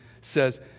says